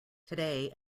today